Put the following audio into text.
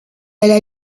alla